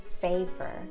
favor